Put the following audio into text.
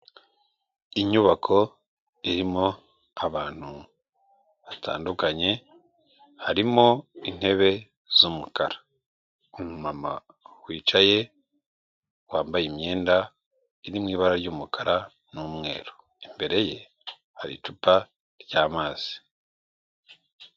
Inyubako irimo abantu batandukanye harimo intebe z'umukara, umumama wicaye wambaye imyenda iri mu ibara ry'umukara n'umweru, imbere ye hari icupa ry'amazi.